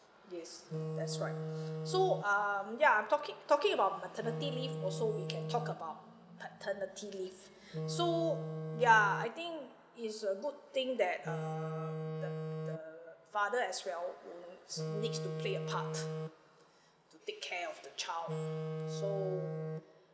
yes that's right so um ya I'm talking talking about maternity leave also we can talk about paternity leave so ya I think it's a good thing that err the the father as well would s~ needs to play a part to take care of the child so